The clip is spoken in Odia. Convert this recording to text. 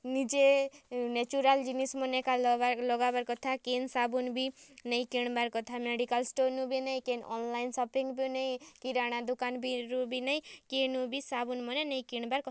ନିଜେ ନେଚୁରାଲ୍ ଜିନିଷ୍ମାନେ ଏକା ଲଗାବାର୍ କଥା କେନ୍ ସାବୁନ୍ ବି ନେଇଁ କିଣ୍ବାର୍ କଥା ମେଡ଼ିକାଲ୍ ଷ୍ଟୋର୍ନୁ ବି ନେଇଁ କେନ୍ ଅନ୍ଲାଇନ୍ ସପିଙ୍ଗ୍ ବି ନେଇଁ କିରାଣା ଦୁକାନ୍ ବି ରୁ ବି ନେଇଁ କେନୁ ବି ସାବୁନ୍ମାନେ ନେଇଁ କିଣ୍ବାର୍ କ